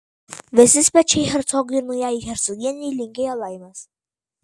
visi svečiai hercogui ir naujajai hercogienei linkėjo laimės